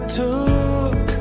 took